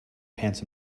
pants